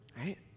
right